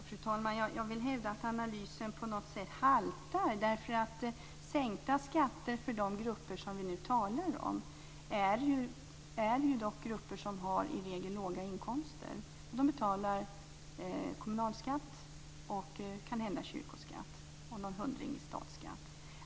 Fru talman! Jag vill hävda att analysen på något sätt haltar, därför att de grupper som vi nu talar om är ju dock grupper som i regel har låga inkomster. De betalar kommunalskatt och kanske kyrkoskatt och någon hundring i statsskatt.